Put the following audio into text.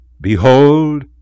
Behold